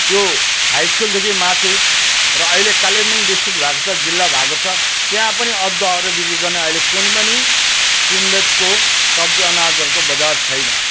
त्यो हाई स्कुलदेखि माथि र अहिले कालेबुङ डिस्ट्रिक भएको छ जिल्ला भएको छ त्यहाँ पनि अदुवाहरू बिक्री गर्ने अहिले कुनै पनि किनबेचको सब्जी अनाजहरूको बजार छैन